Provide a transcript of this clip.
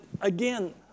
again